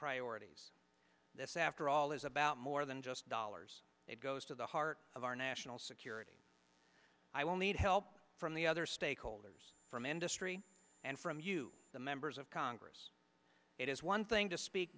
priorities this after all is about more than just dollars it goes to the heart of our national security i will need help from the other stakeholders from industry and from you the members of congress it is one thing to speak